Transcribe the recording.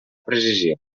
precisió